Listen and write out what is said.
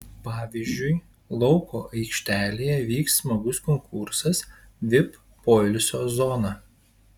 pavyzdžiui lauko aikštelėje vyks smagus konkursas vip poilsio zona